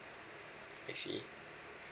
I see